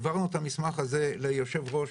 העברנו את המסמך הזה ליושב ראש